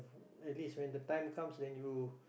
at least when the time comes then you